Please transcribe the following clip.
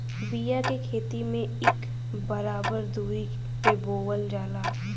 बिया के खेती में इक बराबर दुरी पे बोवल जाला